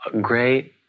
great